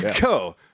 go